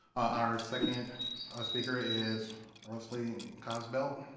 our second speaker is rosaline cosbelt